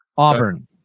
Auburn